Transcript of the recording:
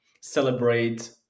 celebrate